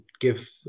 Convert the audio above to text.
give